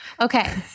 Okay